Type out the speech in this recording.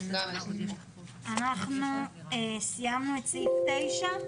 אנחנו סיימנו את סעיף 9?